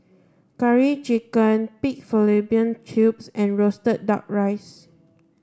curry chicken pig fallopian tubes and roasted duck rice